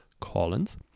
Collins